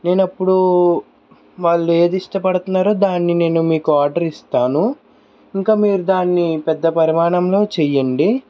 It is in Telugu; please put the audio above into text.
నేనప్పుడూ వాళ్లు ఏది ఇష్టపడుతున్నారో దాన్ని నేను మీకు ఆర్డర్ ఇస్తాను ఇంకా మీరు దాన్నీ పెద్ద పరిమాణంలో చేయండి